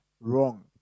wrong